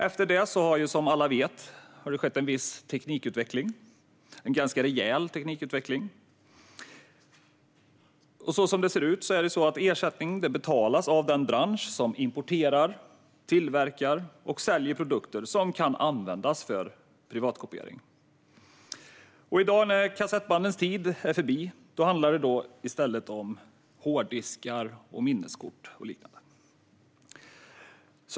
Efter det har det ju som alla vet skett en viss teknikutveckling. Det är en ganska rejäl teknikutveckling. Som det ser ut betalas ersättning av den bransch som importerar, tillverkar och säljer produkter som kan användas för privatkopiering. I dag när kassettbandens tid är förbi handlar det i stället om hårddiskar, minneskort och liknande.